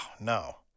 no